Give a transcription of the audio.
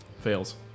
Fails